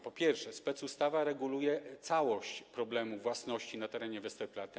Po pierwsze, specustawa reguluje całość problemu własności na terenie Westerplatte.